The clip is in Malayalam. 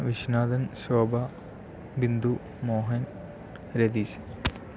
വിശ്വനാഥൻ ശോഭ ബിന്ദു മോഹൻ രതീഷ്